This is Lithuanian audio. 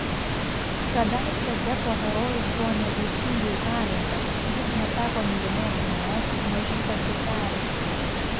kadaise deppo herojus buvo neteisingai įkalintas jis neteko mylimos žmonos ir mažytės dukrelės